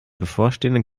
bevorstehenden